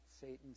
Satan